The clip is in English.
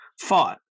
fought